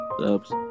Oops